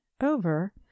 over